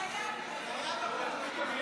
זה היה בחוץ וביטחון.